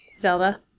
Zelda